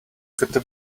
gotta